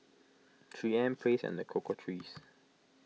three M Praise and the Cocoa Trees